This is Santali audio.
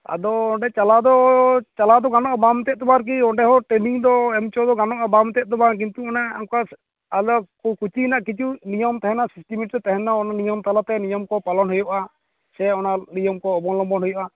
ᱟᱫᱚ ᱚᱱᱰᱮ ᱪᱟᱞᱟᱣ ᱫᱚ ᱪᱟᱞᱟᱣ ᱫᱚ ᱜᱟᱱᱚᱼᱟ ᱵᱟᱝ ᱢᱮᱱᱛᱮᱫ ᱫᱚ ᱟᱨᱠᱤ ᱚᱱᱰᱮᱦᱚ ᱴᱮᱨᱱᱤᱝ ᱫᱚ ᱮᱢ ᱚᱪᱚ ᱫᱚ ᱜᱟᱱᱚᱼᱟ ᱵᱟᱝ ᱢᱮᱱᱛᱮᱫ ᱫᱚ ᱵᱟᱝ ᱠᱤᱱᱛᱩ ᱚᱱᱟ ᱚᱱᱠᱟ ᱟᱞᱮ ᱠᱳᱪᱤᱝ ᱨᱮᱱᱟ ᱠᱤᱪᱷᱩ ᱱᱤᱭᱚᱢ ᱛᱮᱦᱮᱸᱱᱟ ᱥᱤᱥᱴᱮᱢ ᱛᱮᱦᱮᱸᱱᱟ ᱚᱱᱟ ᱱᱤᱭᱚᱢ ᱛᱟᱞᱟᱛᱮ ᱱᱤᱭᱚᱢ ᱠᱚ ᱯᱟᱞᱚᱱ ᱦᱩᱭᱩᱜᱼᱟ ᱥᱮ ᱚᱱᱟᱜ ᱱᱤᱭᱚᱢ ᱠᱚ ᱚᱵᱚᱞᱚᱢᱵᱚᱱ ᱦᱩᱭᱩᱜᱼᱟ